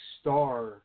star